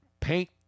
paint